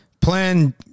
Plan